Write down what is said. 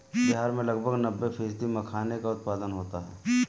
बिहार में लगभग नब्बे फ़ीसदी मखाने का उत्पादन होता है